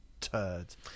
turds